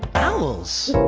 owls!